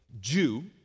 Jew